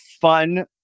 fun